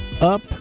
up